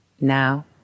Now